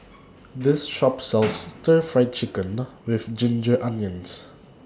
This Shop sells Stir Fried Chicken with Ginger Onions